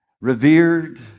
revered